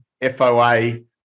FOA